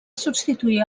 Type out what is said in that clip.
substituir